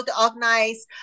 organize